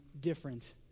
different